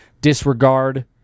disregard